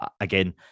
again